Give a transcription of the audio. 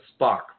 Spock